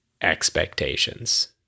expectations